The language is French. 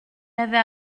avait